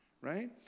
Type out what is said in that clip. Right